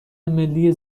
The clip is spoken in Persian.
ملی